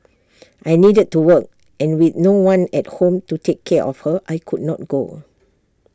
I needed to work and with no one at home to take care of her I could not go